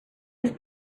was